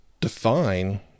define